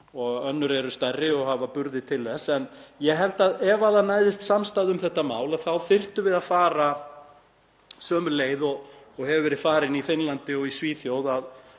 og önnur eru stærri og hafa burði til þess. En ég held að ef það næðist samstaða um þetta mál þá þyrftum við að fara sömu leið og hefur verið farin í Finnlandi og Svíþjóð;